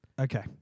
Okay